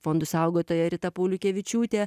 fondų saugotoja rita pauliukevičiūtė